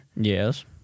Yes